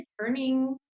turning